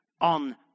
on